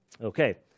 Okay